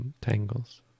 tangles